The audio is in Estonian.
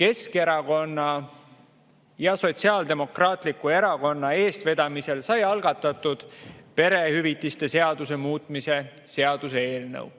Keskerakonna ja Sotsiaaldemokraatliku Erakonna eestvedamisel sai algatatud perehüvitiste seaduse muutmise seaduse eelnõu.